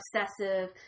obsessive